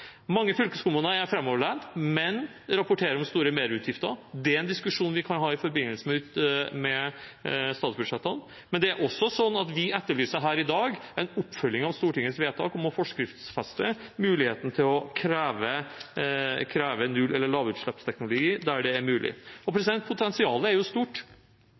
Mange fylkeskommuner er framoverlent, men de rapporterer om store merutgifter. Det er en diskusjon vi kan ha i forbindelse med statsbudsjettene, men vi etterlyser her i dag en oppfølging av Stortingets vedtak om å forskriftsfeste muligheten til å kreve nullutslipps- eller lavutslippsteknologi der det er mulig. Potensialet er jo stort.